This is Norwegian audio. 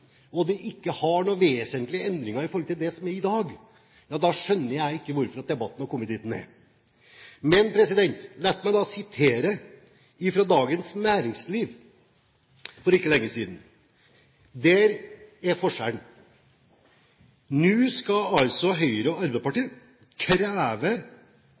og det ikke er noen vesentlige endringer i forhold til det som er i dag, da skjønner jeg ikke hvorfor debatten har kommet dit den er. Men la meg sitere fra Dagens Næringsliv for ikke lenge siden. Forskjellen er at nå skal altså Høyre og